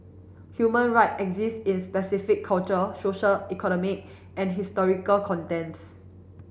human right exist in specific cultural social economic and historical contents